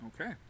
Okay